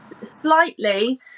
slightly